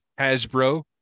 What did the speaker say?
hasbro